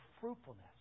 fruitfulness